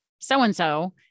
so-and-so